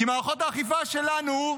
כי מערכות האכיפה שלנו,